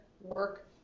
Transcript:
work